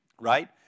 right